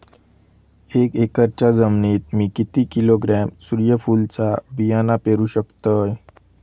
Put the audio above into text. एक एकरच्या जमिनीत मी किती किलोग्रॅम सूर्यफुलचा बियाणा पेरु शकतय?